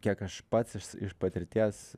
kiek aš pats iš patirties